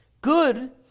Good